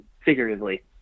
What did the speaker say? figuratively